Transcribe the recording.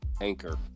Anchor